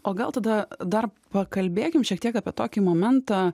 o gal tada dar pakalbėkim šiek tiek apie tokį momentą